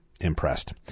impressed